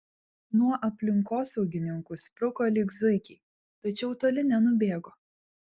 nuo aplinkosaugininkų spruko lyg zuikiai tačiau toli nenubėgo